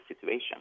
situation